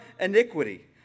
iniquity